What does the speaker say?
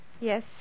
Yes